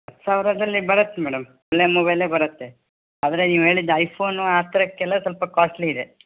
ಹತ್ತು ಸಾವಿರದಲ್ಲೇ ಬರತ್ತೆ ಮೇಡಮ್ ಒಳ್ಳೆ ಮೊಬೈಲೇ ಬರುತ್ತೆ ಆದರೆ ನೀವು ಹೇಳಿದ ಐಫೋನು ಆ ಥರಕ್ಕೆಲ್ಲ ಸ್ವಲ್ಪ ಕಾಸ್ಟ್ಲಿ ಇದೆ